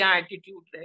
attitude